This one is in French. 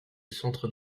centre